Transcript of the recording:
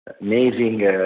amazing